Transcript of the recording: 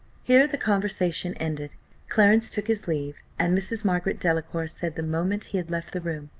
here the conversation ended clarence took his leave, and mrs. margaret delacour said, the moment he had left the room,